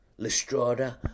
Lestrada